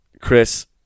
Chris